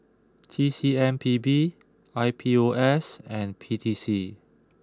T C M P B I P O S and P T C